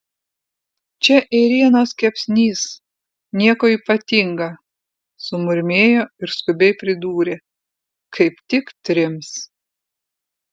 čia ėrienos kepsnys nieko ypatinga sumurmėjo ir skubiai pridūrė kaip tik trims